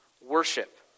worship